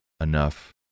enough